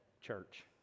church